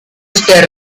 stay